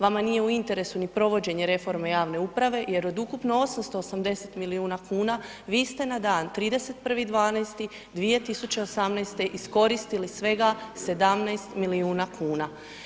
Vama nije u interesu ni provođenje reforme javne uprave jer od ukupno 880 milijuna kuna, vi ste na dan 31. 12. 2018. iskoristili svega 17 milijuna kuna.